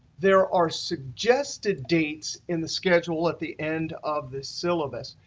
there are suggested dates in the schedule at the end of this syllabus.